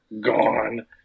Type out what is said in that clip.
gone